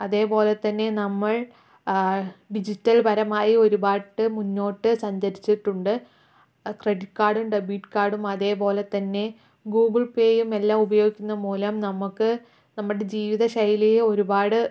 അതേപോലെ തന്നെ നമ്മൾ ഡിജിറ്റൽപരമായി ഒരുപാട് മുന്നോട്ട് സഞ്ചരിച്ചിട്ടുണ്ട് ക്രെഡിറ്റ് കാർഡും ഡെബിറ്റ് കാർഡും അതേപോലെ തന്നെ ഗൂഗിൾ പേയും എല്ലാം ഉപയോഗിക്കുന്ന മൂലം നമുക്ക് നമ്മുടെ ജീവിതശൈലിയെ ഒരുപാട്